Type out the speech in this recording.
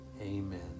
Amen